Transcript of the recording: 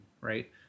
right